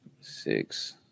Six